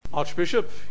Archbishop